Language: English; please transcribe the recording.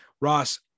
Ross